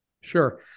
Sure